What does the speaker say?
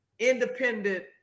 Independent